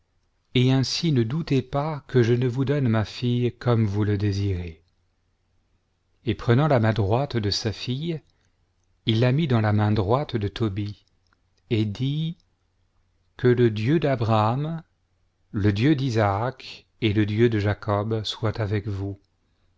et ainsi ne doutez pas que je ne vous donne ma fille comme vous le désirez et prenant la main droite de sa fille il la mit dans la main droite de tobie et dit que le dieu d'abraham le dieu d'isaac et le dieu de jacob soit avec vous